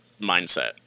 mindset